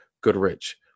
Goodrich